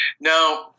Now